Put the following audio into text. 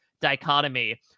dichotomy